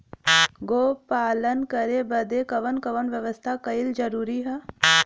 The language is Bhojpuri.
गोपालन करे बदे कवन कवन व्यवस्था कइल जरूरी ह?